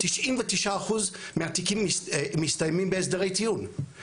99 אחוז מהתיקים מסתיימים בהסדרי טיעון,